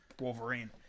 Wolverine